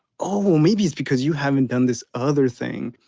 oh, maybe it's because you haven't done this other thing.